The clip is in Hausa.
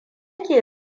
ke